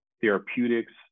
therapeutics